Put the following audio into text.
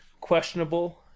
questionable